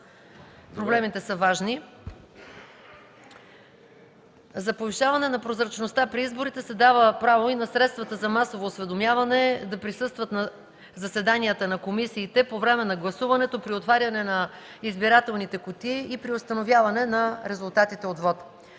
проблемите са важни. „За повишаване на прозрачността при изборите се дава право и на средствата за масово осведомяване да присъстват на заседанията на комисиите, по време на гласуването, при отваряне на избирателните кутии и при установяване на резултатите от